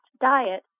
diet